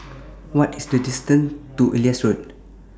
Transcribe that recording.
What IS The distance to Elias Road